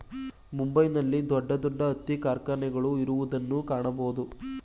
ಮುಂಬೈ ನಲ್ಲಿ ದೊಡ್ಡ ದೊಡ್ಡ ಹತ್ತಿ ಕಾರ್ಖಾನೆಗಳು ಇರುವುದನ್ನು ಕಾಣಬೋದು